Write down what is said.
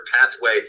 pathway